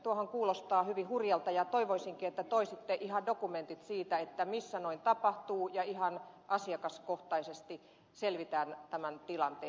tuohan kuulostaa hyvin hurjalta ja toivoisinkin että toisitte ihan dokumentit siitä missä noin tapahtuu ja ihan asiakaskohtaisesti selvitän tämän tilanteen